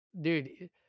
Dude